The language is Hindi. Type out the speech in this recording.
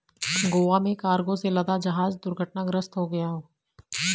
गोवा में कार्गो से लदा जहाज दुर्घटनाग्रस्त हो गया